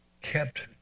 kept